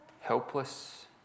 helpless